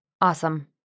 Awesome